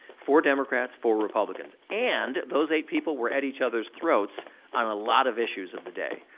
four democrats, four republicans and those eight people were at each other's throats on a lot of issues of the day,